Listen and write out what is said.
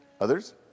Others